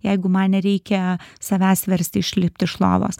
jeigu man nereikia savęs versti išlipt iš lovos